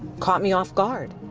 caught me off guard.